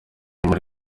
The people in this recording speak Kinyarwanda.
muri